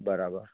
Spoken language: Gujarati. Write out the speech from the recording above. બરાબર